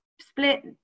split